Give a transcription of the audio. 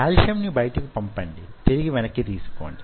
కాల్షియంను బయటకు పంపండి తిరిగి వెనక్కి తీసుకొండి